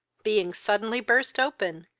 being suddenly burst open,